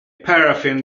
paraffin